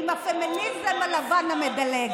הוא חבר בכחול לבן.